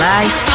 Life